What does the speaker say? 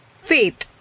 Faith